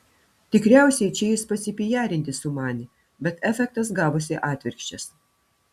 tikriausiai čia jis pasipijarinti sumanė bet efektas gavosi atvirkščias